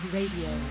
Radio